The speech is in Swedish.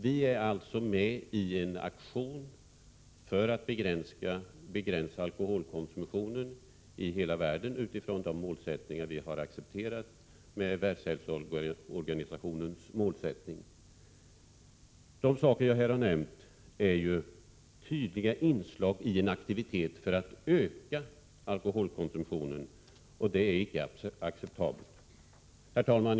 Vi deltar alltså i en aktion för att begränsa alkoholkonsumtionen i hela världen utifrån WHO:s målsättning, som vi har accepterat. De saker som jag här har nämnt är tydliga inslag i en aktivitet för att öka alkoholkonsumtionen, och det är icke acceptabelt. Herr talman!